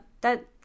that-